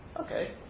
Okay